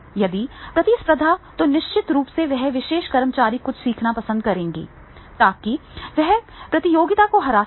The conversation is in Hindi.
यदि प्रतिस्पर्धा है तो निश्चित रूप से वह विशेष कर्मचारी कुछ सीखना पसंद करेगा ताकि वह प्रतियोगिता को हरा सके